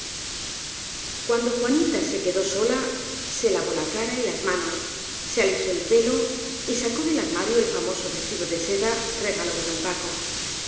cuando juanita se quedó sola se lavó la cara y las manos se alisó el pelo y sacó del armario el famoso vestido de seda regalo de don paco